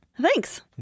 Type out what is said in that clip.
Thanks